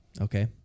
okay